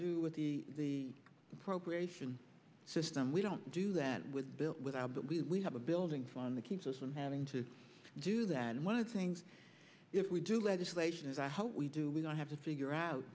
do with the appropriation system we don't do that with built without that we have a building fund that keeps us from having to do that and one of the things if we do legislation is i hope we do we don't have to figure out